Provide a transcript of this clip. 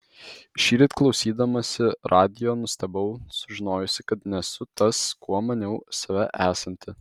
šįryt klausydamasi radijo nustebau sužinojusi kad nesu tas kuo maniau save esanti